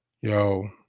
Yo